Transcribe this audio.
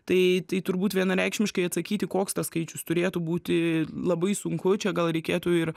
tai tai turbūt vienareikšmiškai atsakyti koks tas skaičius turėtų būti labai sunku čia gal reikėtų ir